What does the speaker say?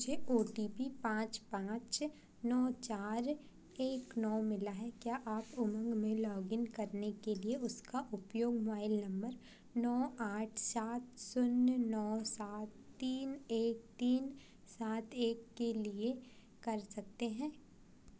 मुझे O T P पाँच पाँच नौ चार एक नौ मिला है क्या आप उमंग में लॉग इन करने के लिए उसका उपयोग मोबाइल नम्बर नौ आठ सात शून्य नौ सात तीन एक तीन सात एक के लिए कर सकते हैं